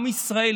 עם ישראל,